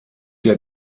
der